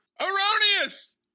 erroneous